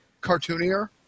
cartoonier